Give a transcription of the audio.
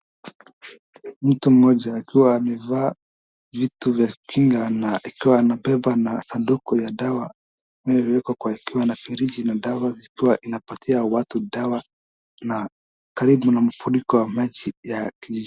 Mtu mmoja akiwa amevaa vitu vya kinga na akiwa anabeba na saduku ya dawa inayowekwa kwa akiwa na friji na dawa zikiwa inapatia watu dawa na karibu na mafuriko ya maji ya kijijini.